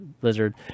Blizzard